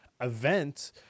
event